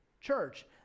church